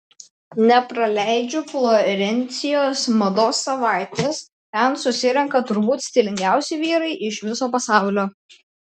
nepraleidžiu florencijos mados savaitės ten susirenka turbūt stilingiausi vyrai iš viso pasaulio